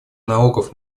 налогов